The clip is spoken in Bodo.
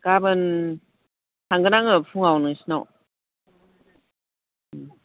गाबोन थांगोन आङो फुङाव नोंसिनाव